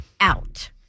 Out